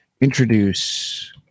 introduce